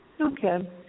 Okay